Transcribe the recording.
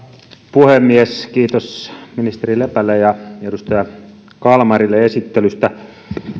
puhemies kiitos ministeri lepälle ja edustaja kalmarille esittelystä